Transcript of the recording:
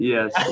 Yes